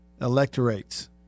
electorates